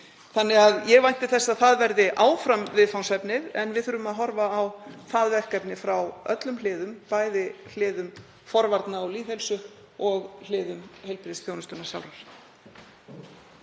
þannig að ég vænti þess að það verði áfram viðfangsefnið. En við þurfum að horfa á það verkefni frá öllum hliðum, bæði hliðum forvarna og lýðheilsu og hliðum heilbrigðisþjónustunnar sjálfrar.